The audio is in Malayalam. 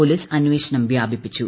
പോലീസ് അമ്പേഷണം വ്യാപിപ്പിച്ചു